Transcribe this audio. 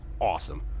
awesome